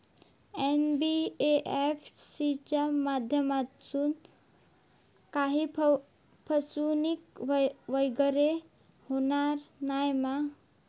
NBFC च्या माध्यमातून काही फसवणूक वगैरे होना नाय मा?